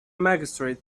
magistrate